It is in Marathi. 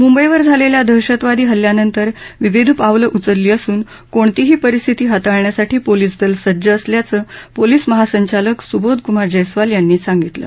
मुंबईवर झालेल्या दहशतवादी हल्ल्यानंतर विविध पावलं उचलली असून कोणतीही परिस्थिती हाताळण्यासाठी पोलीस दल सज्ज असल्याचं पोलीस महासंचालक सुबोध कुमार जस्प्रिपाल यांनी सांगितलं